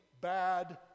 bad